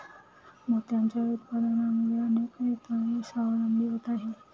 मोत्यांच्या उत्पादनामुळे अनेक शेतकरी स्वावलंबी होत आहेत